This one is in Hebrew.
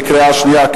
התקבלו בקריאה שנייה,